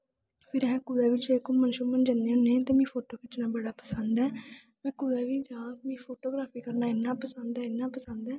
फिर अस कुदै बी घूमन शूमन जन्ने होन्नें ते मिगी फोटो खिच्चना बड़ा पसंद ऐ में कुदै बी जां मिगी फोटोग्राफ्री करना इन्ना पसंद ऐ इन्ना पसंद ऐ